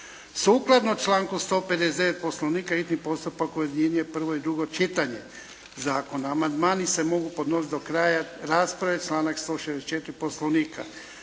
Sukladno članku 159. Poslovnika hitni postupak objedinjuje prvo i drugo čitanje zakona. Amandmani se mogu podnositi do kraja rasprave, članak 164. Poslovnika.